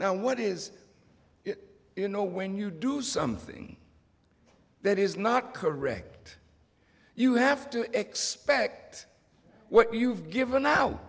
now what is you know when you do something that is not correct you have to expect what you've given out